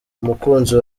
umukunzi